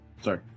Sorry